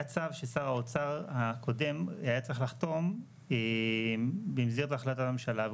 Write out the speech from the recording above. היה צו ששר האוצר הקודם היה צריך לחתום במסגרת החלטת הממשלה,